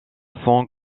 son